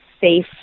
safe